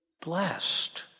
blessed